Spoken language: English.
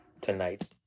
tonight